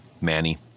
Manny